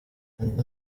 undi